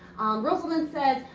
rosalyn says,